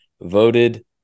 voted